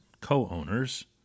co-owners